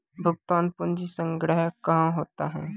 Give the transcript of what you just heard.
भुगतान पंजी संग्रह कहां होता हैं?